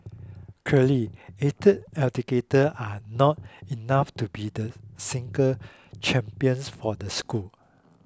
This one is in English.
are not enough to be the single champions for the school